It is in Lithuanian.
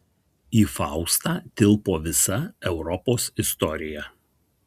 į faustą tilpo visa europos istorija